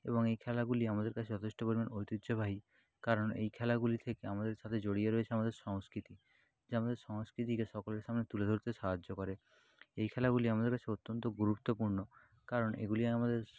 এবং এই খেলাগুলি আমাদের কাছে যথেষ্ট পরিমাণ ঐতিহ্যবাহী কারণ এই খেলাগুলি থেকে আমাদের সাথে জড়িয়ে রয়েছে আমাদের সংস্কৃতি যা আমাদের সংস্কৃতিকে সকলের সামনে তুলে ধরতে সাহায্য করে এই খেলাগুলি আমাদের কাছে অত্যন্ত গুরুত্বপূর্ণ কারণ এগুলি আমাদের